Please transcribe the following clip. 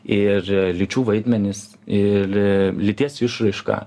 ir lyčių vaidmenys ir lyties išraiška